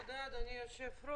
תודה, אדוני היושב-ראש.